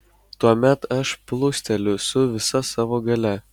tuomet aš plūsteliu su visa savo galia